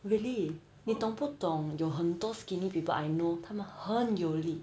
really 你懂不懂有很多 skinny people I know 他们很有力